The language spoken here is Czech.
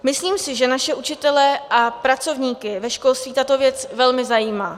Myslím si, že naše učitele a pracovníky ve školství tato věc velmi zajímá.